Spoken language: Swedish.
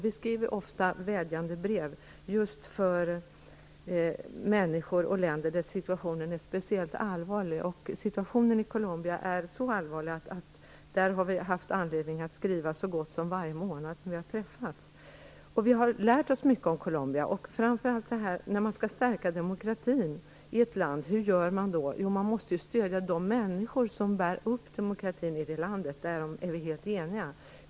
Vi skriver ofta vädjande brev till människor och länder där situationen är speciellt allvarlig. Situationen i Colombia är så allvarlig att vi har haft anledning att skriva dit så gott som varje månad som vi har träffats. Vi har lärt oss mycket om Colombia. Hur gör man när man skall stärka demokratin i ett land? Jo, man måste stödja de människor som bär upp demokratin i det landet. Därom är vi helt eniga.